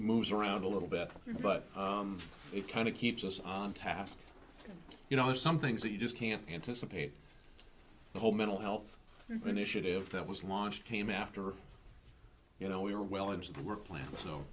moves around a little bit but it kind of keeps us on task you know there's some things that you just can't anticipate the whole mental health initiative that was launched came after you know we were well into the work plan